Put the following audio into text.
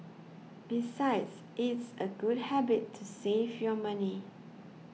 besides it's a good habit to save your money